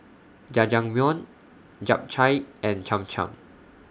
Jajangmyeon Japchae and Cham Cham